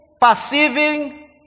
perceiving